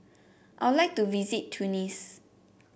I would like to visit Tunis